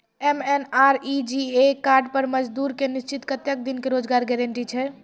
MNREGA card पर मजदुर के निश्चित कत्तेक दिन के रोजगार गारंटी छै?